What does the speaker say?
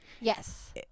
Yes